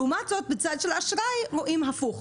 לעומת זאת, בצד האשראי רואים את ההפך.